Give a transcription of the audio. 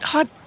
Hot